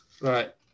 Right